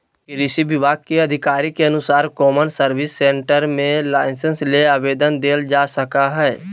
कृषि विभाग के अधिकारी के अनुसार कौमन सर्विस सेंटर मे लाइसेंस ले आवेदन देल जा सकई हई